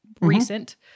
recent